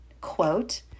quote